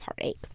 heartache